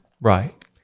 Right